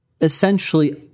essentially